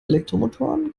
elektromotoren